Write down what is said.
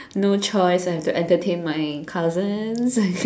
no choice have to entertain my cousins